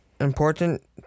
important